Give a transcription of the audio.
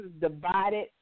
Divided